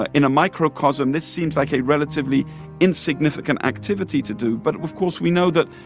ah in a microcosm, this seems like a relatively insignificant activity to do. but, of course, we know that,